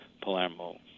Palermo